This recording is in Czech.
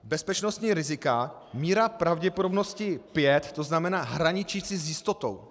Bezpečnostní rizika míra pravděpodobnosti pět, to znamená hraničící s jistotou.